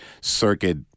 circuit